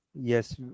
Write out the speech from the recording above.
yes